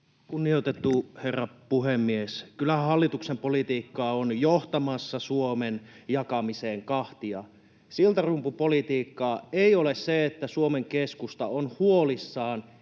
Kunnioitettu herra puhemies! Kyllähän hallituksen politiikka on johtamassa Suomen jakamiseen kahtia. Siltarumpupolitiikkaa ei ole se, että Suomen Keskusta on huolissaan